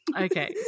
Okay